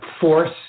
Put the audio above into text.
force